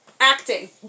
Acting